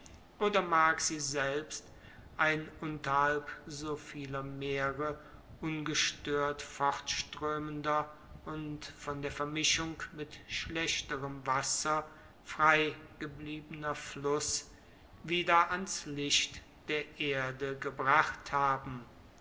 oder mag sie selbst ein unterhalb so vieler meere ungestört fortströmender und von der vermischung mit schlechterem wasser frei gebliebener fluß wieder an's licht der erde gebracht haben